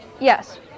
Yes